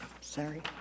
Sorry